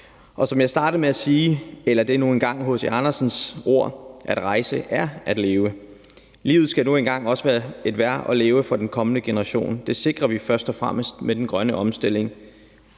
Som jeg startede med at sige, eller det er nu engang H.C. Andersens ord, er at rejse at leve, og livet skal nu engang også være værd at leve for den kommende generation, og det sikrer vi først og fremmest med den grønne omstilling,